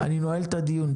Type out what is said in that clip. אני נועל את הדיון.